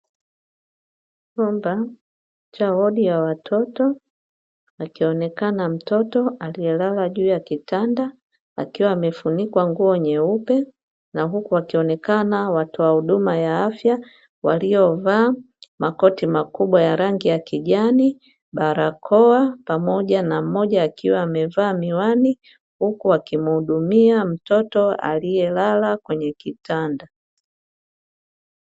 Chumba cha wodi ya watoto akionekana mtoto aliyelala juu ya kitanda akiwa amefunikwa nguo nyeupe na huku wakionekana watoa huduma ya afya waliovaa makoti makubwa ya rangi ya kijani, barakoa pamoja na mmoja akiwa amevaa miwani huku akimhudumia mtoto aliyelala kwenye kitanda.